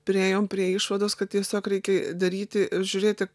priėjom prie išvados kad tiesiog reikia daryti žiūrėti